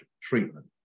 treatment